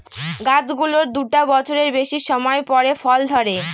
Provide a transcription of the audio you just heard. গাছ গুলোর দুটা বছরের বেশি সময় পরে ফল ধরে